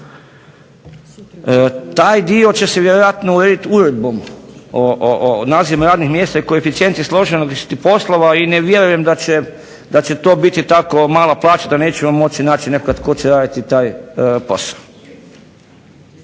Taj dio će se vjerojatno urediti uredbom o nazivu radnog mjesta i koeficijentima složenosti poslova i ne vjerujem da će to biti tako mala plaća da nećemo moći naći nekada tko će raditi taj posao.